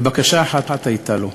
ובקשה אחת הייתה לו: